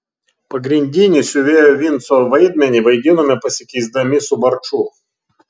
pagrindinį siuvėjo vinco vaidmenį vaidinome pasikeisdami su barču